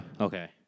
Okay